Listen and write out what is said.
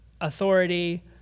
authority